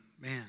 man